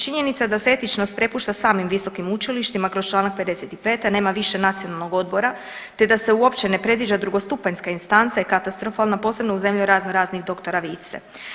Činjenica da se etičnost prepušta samim visokim učilištima kroz čl. 55., a nema više nacionalnog odbora, te da se uopće ne predviđa drugostupanjska instanca je katastrofalna, posebno u … [[Govornik se ne razumije]] razno raznih doktora Vice.